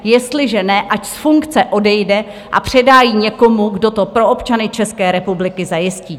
Jestliže ne, ať z funkce odejde a předá ji někomu, kdo to pro občany České republiky zajistí.